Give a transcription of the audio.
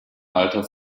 alter